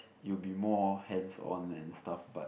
you will be more hands on and stuff but